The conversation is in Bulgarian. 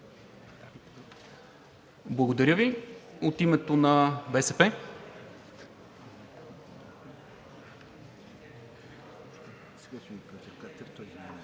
Благодаря Ви. От името на БСП?